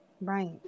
Right